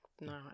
no